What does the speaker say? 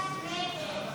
32 בעד, 40 נגד.